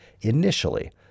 initially